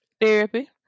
Therapy